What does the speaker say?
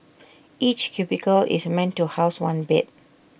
each cubicle is meant to house one bed